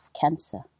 cancer